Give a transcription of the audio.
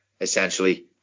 essentially